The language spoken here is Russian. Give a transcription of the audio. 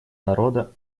народа